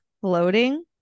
floating